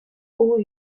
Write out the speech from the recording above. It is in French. aux